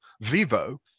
Vivo